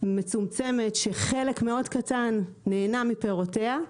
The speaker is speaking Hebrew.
מצומצמת שחלק מאוד קטן נהנה מפירותיה,